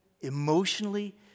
emotionally